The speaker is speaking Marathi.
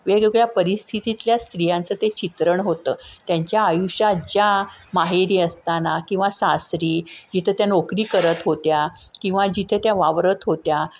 वेगवेगळ्या परिस्थितीतल्या स्त्रियांचं ते चित्रण होतं त्यांच्या आयुष्यात ज्या माहेरी असताना किंवा सासरी जिथं त्या नोकरी करत होत्या किंवा जिथे त्या वावरत होत्या